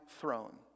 throne